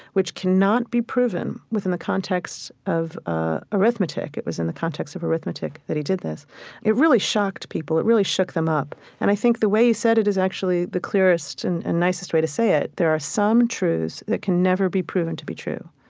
which cannot be proven within the context of ah arithmetic it was in the context of arithmetic that he did this it really shocked people. it really shook them up and i think the way he said it is actually the clearest and and nicest way to say it. there are some truths that can never be proven to be true.